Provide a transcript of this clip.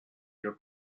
your